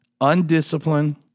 undisciplined